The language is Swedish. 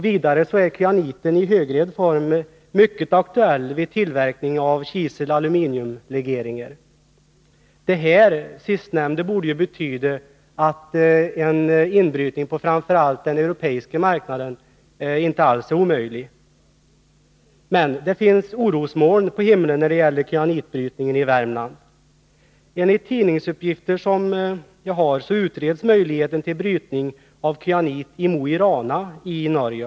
Vidare är kyaniten i högren form mycket aktuell vid tillverkning av kisel-aluminiumlegeringar. Det sistnämnda borde betyda att en inbrytning på framför allt den europeiska marknaden inte alls vore omöjlig. Men det finns orosmoln på himlen när det gäller kyanitbrytningen i Värmland. Enligt tidningsuppgifter utreds möjligheten att bryta kyanit i Moi Rana i Norge.